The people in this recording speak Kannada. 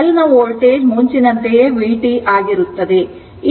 L ನ ವೋಲ್ಟೇಜ್ ಮುಂಚಿನಂತೆಯೇ vt ಆಗಿರುತ್ತದೆ